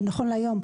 ונכון להיום,